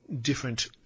different